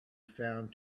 found